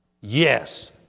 Yes